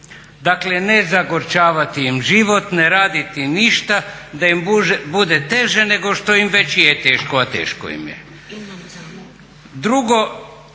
dakle ne zagorčavati im život, ne raditi ništa da im bude teže nego što im već je teško, a teško im je. Drugo,